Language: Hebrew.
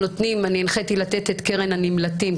הנחיתי לתת את קרן הנמלטים,